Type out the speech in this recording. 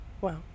Wow